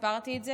סיפרתי את זה.